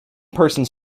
persons